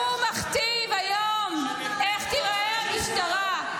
שהוא מכתיב היום איך תיראה המשטרה,